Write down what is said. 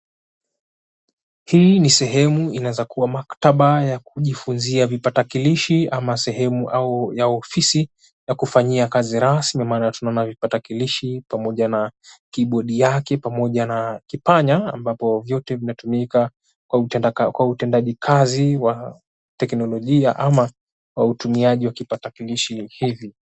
Hii ni sehemu inaweza kua maktaba ya kujifunzia vipatakilishi ama sehemu au ofisi ya kufanyika kazi maana tunaona vipatakilishi pamoja na kibodi yake pamoja na kipanya ambapo vyote vinatumika kwa utendaji kazi wa teknolojia ama kwa utumiaji wa kipatakilishi hivi.